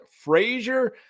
Frazier